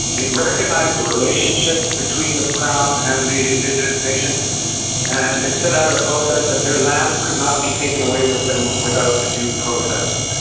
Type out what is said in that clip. it recognised the relationships between the crown and the indigenous nations and it set out a process that their lands could not be taken away from them without due process.